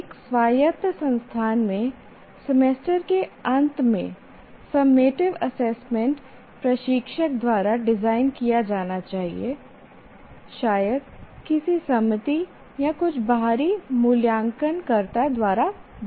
एक स्वायत्त संस्थान में सेमेस्टर के अंत में सममेटिव एसेसमेंट प्रशिक्षक द्वारा डिज़ाइन किया जाना चाहिए शायद किसी समिति या कुछ बाहरी मूल्यांकनकर्ता द्वारा देखा जाए